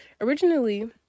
Originally